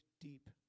deep